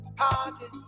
party